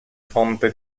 fonte